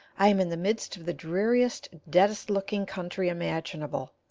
i am in the midst of the dreariest, deadest-looking country imaginable.